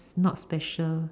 not special